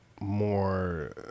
more